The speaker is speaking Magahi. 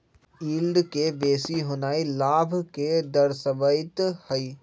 यील्ड के बेशी होनाइ लाभ के दरश्बइत हइ